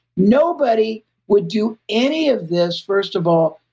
nobody would do any of this, first of all,